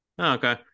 okay